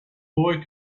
boy